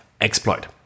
exploit